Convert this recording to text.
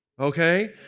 Okay